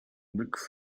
look